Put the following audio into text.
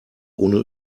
ohne